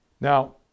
now